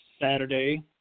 Saturday